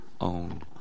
own